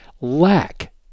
lack